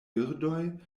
birdoj